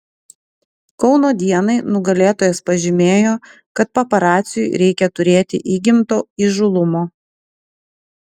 kauno dienai nugalėtojas pažymėjo kad paparaciui reikia turėti įgimto įžūlumo